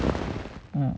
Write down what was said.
mm